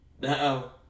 Now